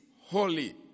holy